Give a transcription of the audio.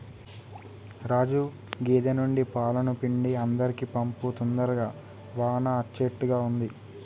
రాజు గేదె నుండి పాలను పిండి అందరికీ పంపు తొందరగా వాన అచ్చేట్టుగా ఉంది